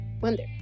Wonder